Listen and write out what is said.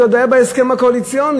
זה עוד היה בהסכם הקואליציוני,